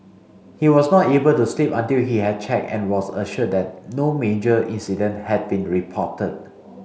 he was not able to sleep until he had checked and was assured that no major incident had been reported